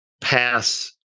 pass